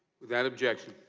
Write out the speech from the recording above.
without objection.